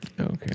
Okay